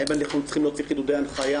האם אנחנו צריכים להוציא חידודי הנחיה?